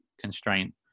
constraint